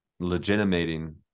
legitimating